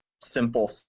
simple